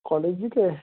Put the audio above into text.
college দিকে